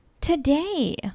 today